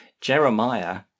Jeremiah